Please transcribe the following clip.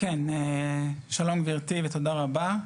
שלום גבירתי ותודה רבה.